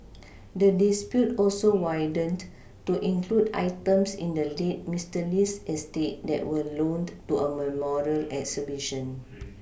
the dispute also widened to include items in the late Mister Lee's estate that were loaned to a memorial exhibition